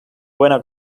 buena